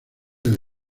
del